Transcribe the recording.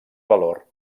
valor